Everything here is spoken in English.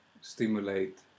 stimulate